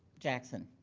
jackson.